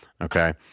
okay